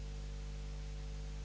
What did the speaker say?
Hvala